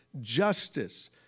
justice